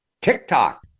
TikTok